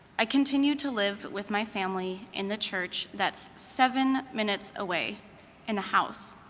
i continued to live with my family in the church that's seven minutes away in the house.